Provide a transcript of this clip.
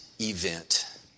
event